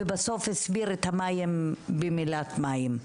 ובסוף הסביר את המים במילת מים.